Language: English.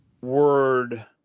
word